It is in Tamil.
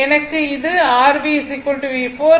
எனவே இது r V V4